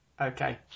Okay